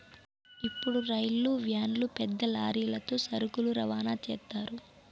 ఇప్పుడు రైలు వ్యాన్లు పెద్ద లారీలతో సరుకులు రవాణా చేత్తారు